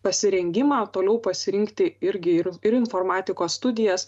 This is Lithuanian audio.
pasirengimą toliau pasirinkti irgi ir ir informatikos studijas